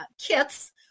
kits